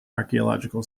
archaeological